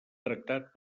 tractat